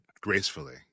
gracefully